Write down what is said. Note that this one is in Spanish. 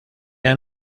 han